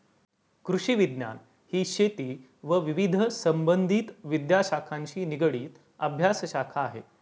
कृषिविज्ञान ही शेती व विविध संबंधित विद्याशाखांशी निगडित अभ्यासशाखा आहे